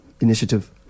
initiative